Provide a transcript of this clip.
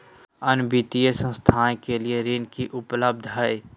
अन्य वित्तीय संस्थाएं के लिए ऋण की उपलब्धता है?